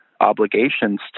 obligations